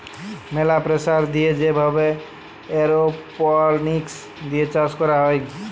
ম্যালা প্রেসার দিয়ে যে ভাবে এরওপনিক্স দিয়ে চাষ ক্যরা হ্যয়